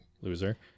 loser